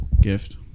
gift